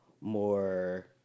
more